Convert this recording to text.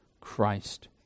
Christ